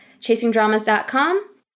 ChasingDramas.com